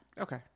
Okay